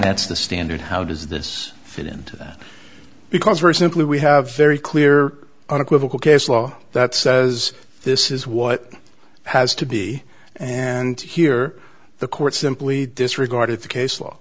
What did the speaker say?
that's the standard how does this fit into that because very simply we have very clear unequivocal case law that says this is what has to be and here the court simply disregarded the case law